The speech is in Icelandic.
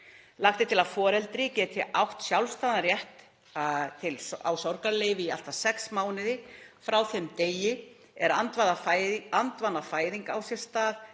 Lagt er til að foreldri geti átt sjálfstæðan rétt á sorgarleyfi í allt að sex mánuði frá þeim degi er andvanafæðing á sér stað